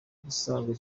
busanzwe